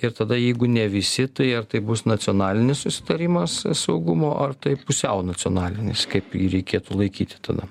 ir tada jeigu ne visi tai ar tai bus nacionalinis susitarimas saugumo ar tai pusiau nacionalinis kaip jį reikėtų laikyti tada